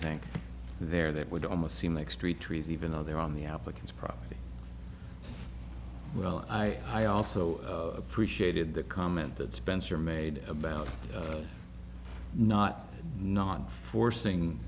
think there that would almost seem like street trees even though they're on the applicant's property well i i also appreciated the comment that spencer made about not not forcing